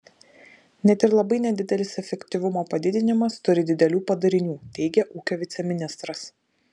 net ir labai nedidelis efektyvumo padidinimas turi didelių padarinių teigė ūkio viceministras